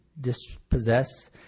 dispossess